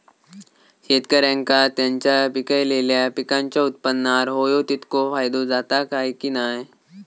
शेतकऱ्यांका त्यांचा पिकयलेल्या पीकांच्या उत्पन्नार होयो तितको फायदो जाता काय की नाय?